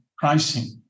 pricing